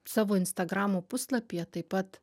savo instagramo puslapyje taip pat